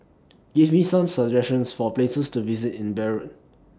Give Me Some suggestions For Places to visit in Beirut